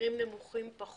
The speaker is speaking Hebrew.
במחירים נמוכים יותר,